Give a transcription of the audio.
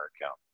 account